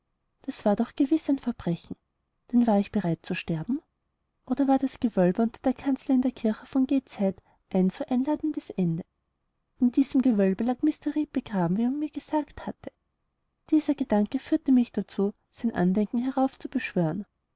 das war doch gewiß ein verbrechen denn war ich bereit zu sterben oder war das gewölbe unter der kanzel in der kirche von gateshead ein so einladendes ende in diesem gewölbe lag mr reed begraben wie man mir gesagt hatte dieser gedanke führte mich dazu sein andenken herauf zu